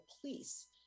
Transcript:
police